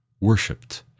worshipped